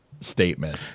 statement